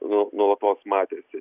nu nuolatos matėsi